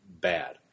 bad